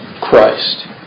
Christ